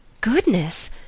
Goodness